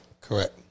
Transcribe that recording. Correct